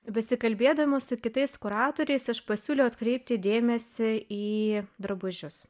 besikalbėdama su kitais kuratoriais aš pasiūliau atkreipti dėmesį į drabužius